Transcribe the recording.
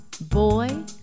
Boy